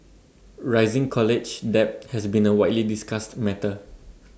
rising college debt has been A widely discussed matter